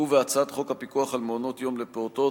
הצעת חוק הפיקוח על מעונות יום לפעוטות,